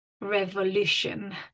revolution